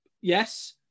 yes